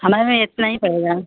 हमारे यहाँ इतना ही पड़ेगा